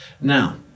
Now